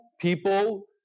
people